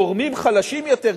גורמים חלשים יותר,